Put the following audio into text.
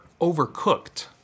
overcooked